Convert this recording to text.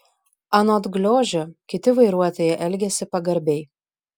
anot gliožio kiti vairuotojai elgiasi pagarbiai